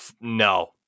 no